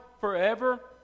forever